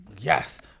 Yes